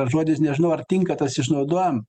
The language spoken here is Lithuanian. žodis nežinau ar tinka tas išnaudojam